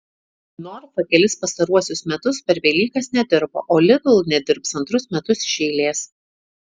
norfa kelis pastaruosius metus per velykas nedirbo o lidl nedirbs antrus metus iš eilės